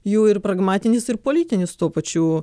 jų ir pragmatinis ir politinis tuo pačiu